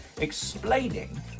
explaining